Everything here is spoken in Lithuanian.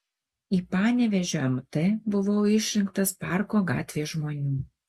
į panevėžio mt buvau išrinktas parko gatvės žmonių